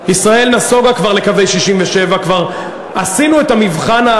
ישראל נסוגה כבר לקווי 67', כבר עשינו את המבחן,